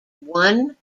one